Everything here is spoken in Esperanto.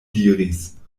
diris